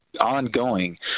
ongoing